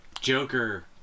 Joker